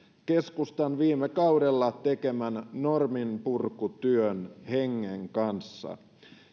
keskustan viime kaudella tekemän norminpurkutyön hengen kanssa